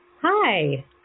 Hi